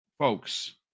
Folks